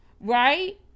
Right